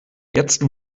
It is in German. jetzt